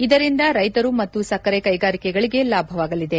ಇದರಿಂದ ರೈತರು ಮತ್ತು ಸಕ್ಕರೆ ಕೈಗಾರಿಕೆಗಳಿಗೆ ಲಾಭವಾಗಲಿದೆ